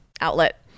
outlet